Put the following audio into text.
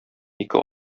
ике